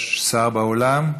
יש שר באולם?